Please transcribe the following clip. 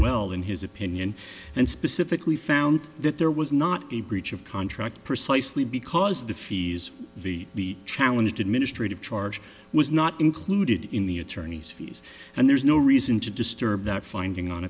well in his opinion and specifically found that there was not a breach of contract precisely because the fees v b challenged administrative charge was not included in the attorney's fees and there's no reason to disturb that finding on